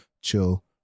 Chill